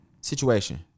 situation